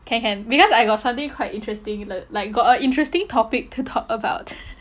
can can because I got something quite interesting like got a interesting topic to talk about